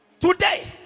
Today